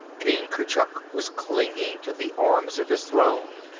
king kurchuk was clinging to the arms of his throne,